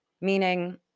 Meaning